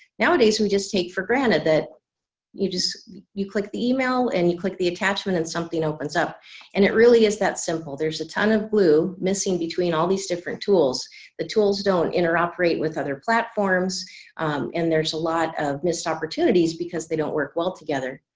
nowadays we just take for granted that you just you click the email and you click the attachment and something opens up and it really is that simple there's a ton of glue missing between all these different tools the tools don't interoperate with other platforms and there's a lot of missed opportunities because they don't work well together.